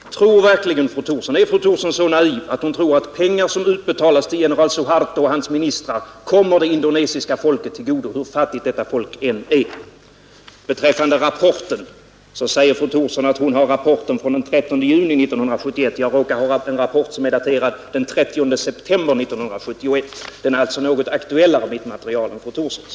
Herr talman! Då vill jag fråga: Är fru Thorsson så naiv att hon tror att pengar som utbetalas till general Suharto och hans ministrar kommer det indonesiska folket till godo, hur fattigt detta folk än är? Beträffande rapporten säger fru Thorsson att hon har rapporten från den 30 juni 1971; jag råkar ha en rapport daterad den 30 september 1971. Mitt material är alltså något mera aktuellt än fru Thorssons.